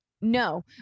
No